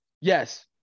yes